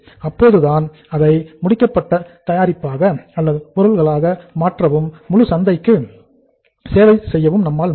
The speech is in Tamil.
அப்போதுதான் அதை முடிக்கப்பட்ட தயாரிப்பாக அல்லது பொருள்களாக மாற்றவும் முழு சந்தைக்கு சேவை செய்ய நம்மால் முடியும்